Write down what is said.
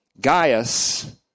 Gaius